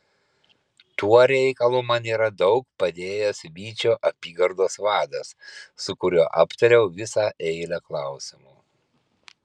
tuo reikalu man yra daug padėjęs vyčio apygardos vadas su kuriuo aptariau visą eilę klausimų